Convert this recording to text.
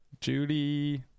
Judy